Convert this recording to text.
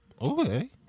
okay